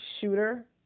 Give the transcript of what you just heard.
shooter